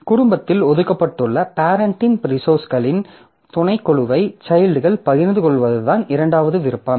குடும்பத்தில் ஒதுக்கப்பட்டுள்ள பேரெண்ட்டின் ரிசோர்ஸ்களின் துணைக்குழுவை சைல்ட்கள் பகிர்ந்து கொள்வதுதான் இரண்டாவது விருப்பம்